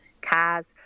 cars